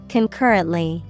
Concurrently